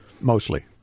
mostly